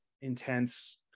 intense